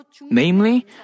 Namely